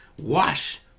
wash